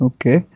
Okay